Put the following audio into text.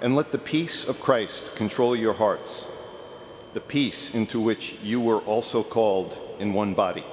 and let the peace of christ control your hearts the peace into which you were also called in one b